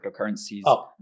cryptocurrencies